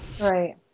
Right